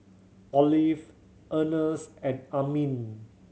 Olive Ernst and Amin